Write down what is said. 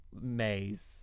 maze